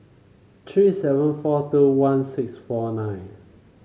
three seven four two one six four nine